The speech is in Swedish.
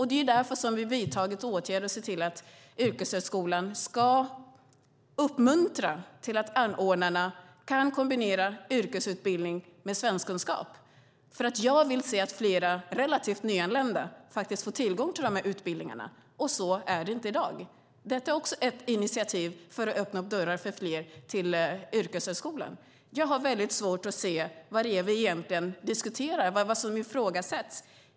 Det är därför som vi vidtagit åtgärder och sett till att yrkeshögskolan ska uppmuntra anordnarna att kombinera yrkesutbildning med svenskkunskap. Jag vill se att flera relativt nyanlända får tillgång till de här utbildningarna. Så är det inte i dag. Detta är också ett initiativ för att öppna dörrar för fler till yrkeshögskolan. Jag har väldigt svårt att se vad det är vi egentligen diskuterar och vad som ifrågasätts.